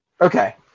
Okay